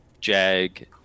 Jag